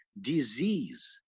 disease